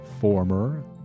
former